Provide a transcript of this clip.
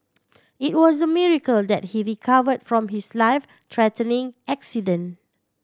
it was a miracle that he recovered from his life threatening accident